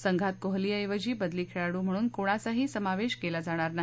संघात कोहलीऐवजी बदली खेळाडू म्हणून कुणाचाही समावेश केला जाणार नाही